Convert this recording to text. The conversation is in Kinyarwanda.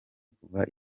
kuva